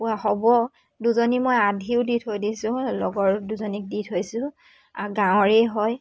কুকুৰা হ'ব দুজনী মই আধিও দি থৈ দিছোঁ লগৰ দুজনীক দি থৈছোঁ গাঁৱৰেই হয়